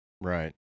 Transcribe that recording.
right